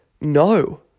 no